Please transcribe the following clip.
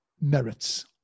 merits